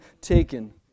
taken